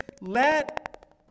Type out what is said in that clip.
let